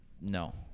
no